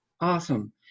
Awesome